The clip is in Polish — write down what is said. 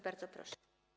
Bardzo proszę.